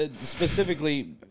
specifically